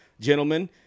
gentlemen